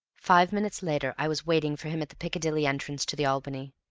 five minutes later i was waiting for him at the piccadilly entrance to the albany.